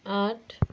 आठ